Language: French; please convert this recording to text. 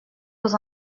aux